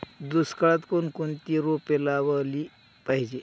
दुष्काळात कोणकोणती रोपे लावली पाहिजे?